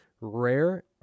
Rare